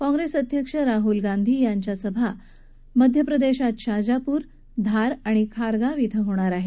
काँग्रेस अध्यक्ष राहुल गांधी यांच्या सभा मध्यप्रदेशात शाजापूर धार आणि खारगांव डिं होणार आहेत